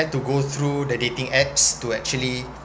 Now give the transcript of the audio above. have to go through the dating apps to actually